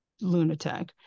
lunatic